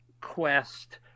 quest